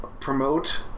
promote